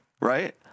right